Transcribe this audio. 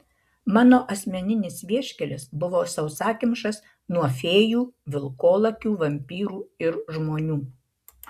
mano asmeninis vieškelis buvo sausakimšas nuo fėjų vilkolakių vampyrų ir žmonių